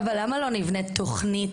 אבל למה לא נבנית תוכנית.